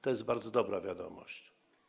To jest bardzo dobra wiadomość.